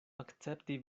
akcepti